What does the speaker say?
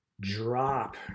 Drop